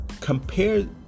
compare